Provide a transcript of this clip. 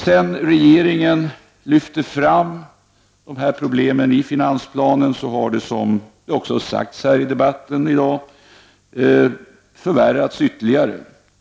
Sedan regeringen lyfte fram dessa problem i finansplanen har läget — som också sagts här i debatten i dag — förvärrats ytterligare.